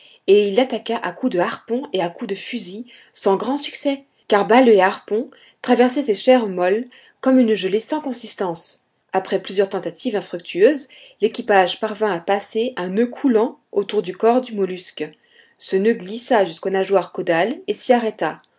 et il l'attaqua à coups de harpon et à coups de fusil sans grand succès car balles et harpons traversaient ces chairs molles comme une gelée sans consistance après plusieurs tentatives infructueuses l'équipage parvint à passer un noeud coulant autour du corps du mollusque ce noeud glissa jusqu'aux nageoires caudales et s'y arrêta